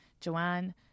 Joanne